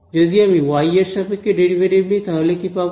যদি আমি ওয়াই এর সাপেক্ষে ডেরিভেটিভ নিই তাহলে কি পাবো